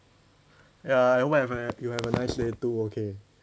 ya I hope you have a you have a nice day too okay